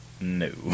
No